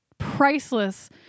priceless